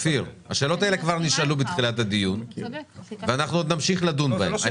השאלות האלה כבר נשאלו בתחילת הדיון ואנחנו עוד נמשיך לדון בהן.